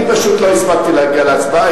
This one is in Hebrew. אני פשוט לא הספקתי להגיע להצבעה,